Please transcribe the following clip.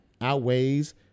outweighs